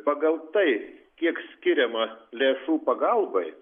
pagal tai kiek skiriama lėšų pagalbai